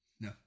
No